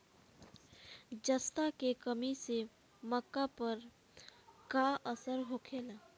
जस्ता के कमी से मक्का पर का असर होखेला?